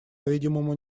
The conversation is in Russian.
видимому